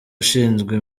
ushinzwe